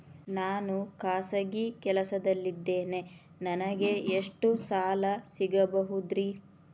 ನಾನು ಖಾಸಗಿ ಕೆಲಸದಲ್ಲಿದ್ದೇನೆ ನನಗೆ ಎಷ್ಟು ಸಾಲ ಸಿಗಬಹುದ್ರಿ?